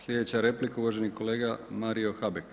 Sljedeća replika uvaženi kolega Mario Habek.